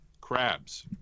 Crabs